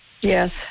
Yes